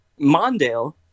Mondale